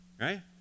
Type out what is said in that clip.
Right